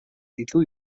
илүү